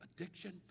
addiction